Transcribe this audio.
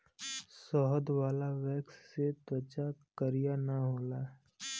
शहद वाला वैक्स से त्वचा करिया ना होला